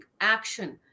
action